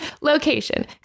location